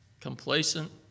complacent